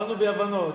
באנו בהבנות.